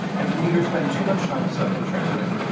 and commuters spend too much time stuck in traffic.